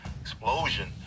explosion